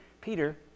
Peter